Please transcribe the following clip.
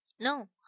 no